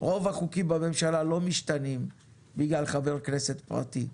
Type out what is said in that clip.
רוב החוקים בממשלה לא משתנים בגלל חבר כנסת פרטי,